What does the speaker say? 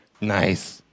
Nice